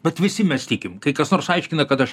bet visi mes tikim kai kas nors aiškina kad aš